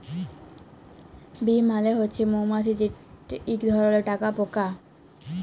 bee মালে হছে মমাছি যেট ইক ধরলের পকা